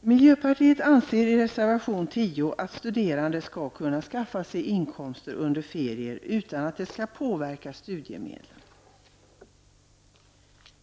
Vi i miljöpartiet anser, och det framgår av reservation 10, att studerande skall kunna skaffa sig inkomster under ferier utan att studiemedlen påverkas härav.